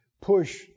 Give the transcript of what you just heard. push